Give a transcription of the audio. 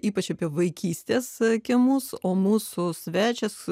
ypač apie vaikystės kiemus o mūsų svečias